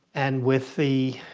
and with the